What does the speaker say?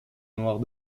noire